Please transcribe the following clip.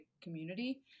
community